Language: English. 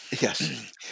Yes